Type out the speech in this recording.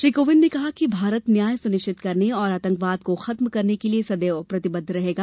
श्री कोविंद ने कहा है कि भारत न्याय सुनिश्चित करने और आतंकवाद को खत्म करने के लिए सदैव प्रतिबद्ध रहेगा